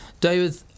David